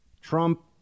Trump